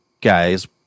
guys